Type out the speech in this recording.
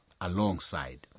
alongside